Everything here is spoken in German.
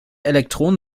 elektronen